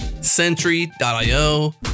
Sentry.io